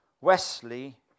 Wesley